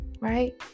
Right